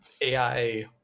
AI